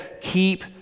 keep